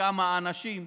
כמה אנשים.